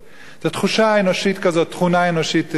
זו תחושה אנושית כזאת, תכונה אנושית טבעית.